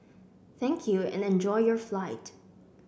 thank you and enjoy your flight